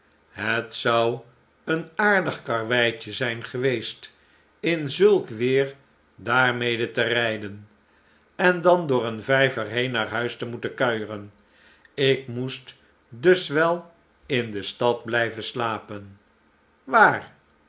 het zou een aardig karreweitje zijn geweest in zulk weer daarmede te rijden en dan door een vijver heen naar huis te moeten kuieren ik moest dus wel in de stad blijven slapen waar